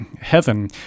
heaven